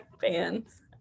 fans